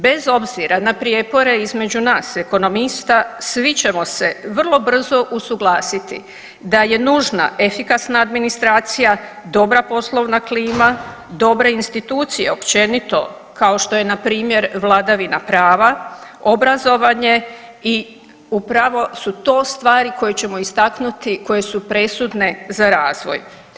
Bez obzira na prijepore između nas ekonomista svi ćemo se vrlo brzo usuglasiti da je nužna efikasna administracija, dobra poslovna klima, dobre institucije općenito kao što je na primjer vladavina prava, obrazovanje i upravo su to stvari koje ćemo istaknuti, koje su presudne za razvoj.